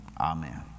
Amen